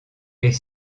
est